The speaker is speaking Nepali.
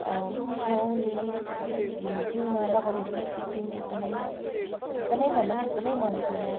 सुहाउने जिउमा लगाउँदाखेरि पनि फिटिङ एकदमै एकदमै भन्दा पनि एकदमै मन पर्यो